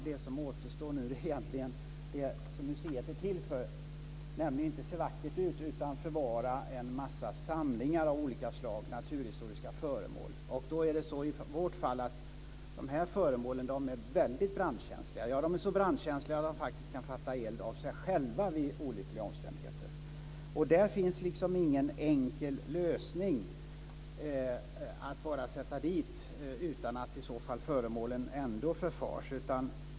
Det som återstår nu är egentligen det som museet är till för, nämligen inte att se vackert ut utan att förvara en massa samlingar av olika slag, naturhistoriska föremål. Då är det så att de här föremålen är väldigt brandkänsliga. De är så brandkänsliga att de faktiskt kan fatta eld av sig själva under olyckliga omständigheter. Där finns det ingen enkel lösning att bara sätta in utan att föremålen i så fall ändå förfars.